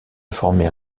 former